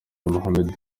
mohamed